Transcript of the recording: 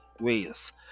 ways